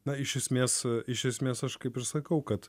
na iš esmės iš esmės aš kaip ir sakau kad